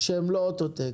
שהן לא אוטו-טק.